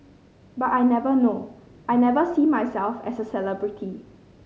but I never know I never see myself as a celebrity